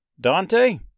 Dante